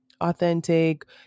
authentic